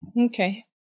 Okay